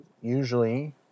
usually